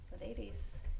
ladies